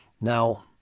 Now